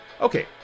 Okay